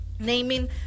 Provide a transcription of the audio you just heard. naming